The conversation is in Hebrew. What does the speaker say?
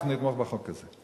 אנחנו נתמוך בחוק הזה.